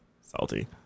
Salty